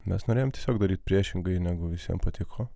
mes norėjom tiesiog daryt priešingai negu visiem patiko